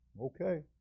Okay